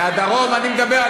מהדרום, אני מדבר.